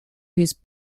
his